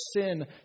sin